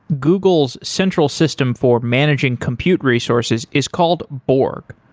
google's central system for managing compute resources is called borg.